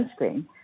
sunscreen